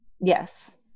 Yes